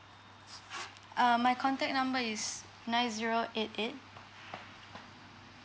uh my contact number is nine zero eight eight